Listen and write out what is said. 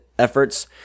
efforts